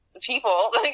people